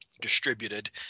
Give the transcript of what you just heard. distributed